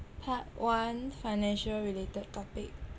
part one financial related topic